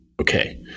okay